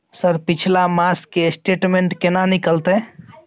Sir पिछला मास के स्टेटमेंट केना निकलते?